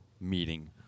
meeting